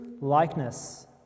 likeness